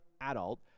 adult